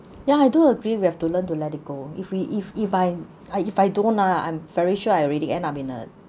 ya I do agree we have to learn to let it go if we if if I I if I don't ah I'm very sure I already and I'm in a